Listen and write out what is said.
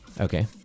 Okay